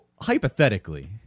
hypothetically